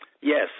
Yes